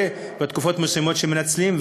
אבל קורה בתקופות מסוימות שמנצלים,